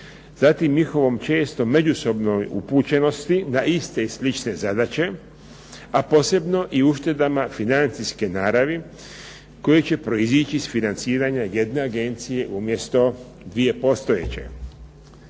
zatim njihovoj čestoj međusobnoj upućenosti na iste i slične zadaće, a posebno i uštedama financijske naravi koje će proizići iz financiranja jedne agencije umjesto dvije postojeće.